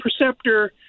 Perceptor